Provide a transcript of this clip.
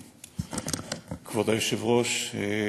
כבוד היושב-ראש,